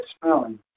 smelling